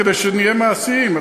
כדי שנהיה מעשיים.